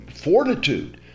fortitude